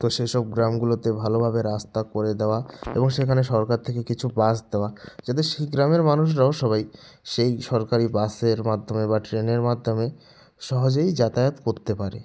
তো সেই সব গ্রামগুলোতে ভালোভাবে রাস্তা করে দেওয়া এবং সেখানে সরকার থেকে কিছু বাস দেওয়া যদি সেই গ্রামের মানুষরাও সবাই সেই সরকারি বাসের মাধ্যমে বা ট্রেনের মাধ্যমে সহজেই যাতায়াত করতে পারে